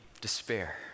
despair